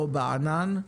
ובענן,